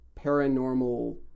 paranormal